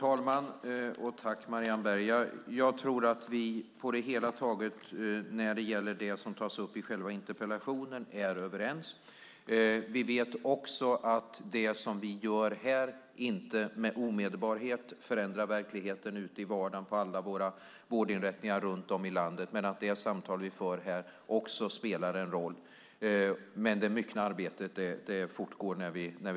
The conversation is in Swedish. Fru talman! När det gäller det som tas upp i interpellationen tror jag att vi på det hela taget är överens. Vi vet att det samtal vi för här inte omedelbart förändrar vardagen på alla våra vårdinrättningar runt om i landet, men vi vet också att det spelar roll. Det stora arbetet sker när vi lämnar dessa lokaler.